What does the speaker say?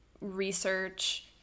research